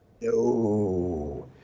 no